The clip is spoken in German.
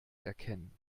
erkennen